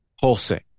pulsing